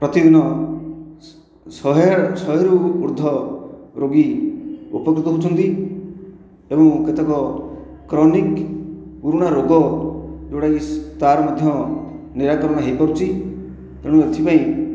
ପ୍ରତିଦିନ ଶହେ ଶହେରୁ ଉର୍ଦ୍ଧ ରୋଗୀ ଉପକୃତ ହେଉଛନ୍ତି ଏବଂ କେତକ କ୍ରୋନିକ୍ ପୁରୁଣା ରୋଗ ଯେଉଁଟାକି ତାର ମଧ୍ୟ ନିରାକରଣ ହୋଇପାରୁଛି ତେଣୁ ଏଥିପାଇଁ